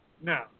No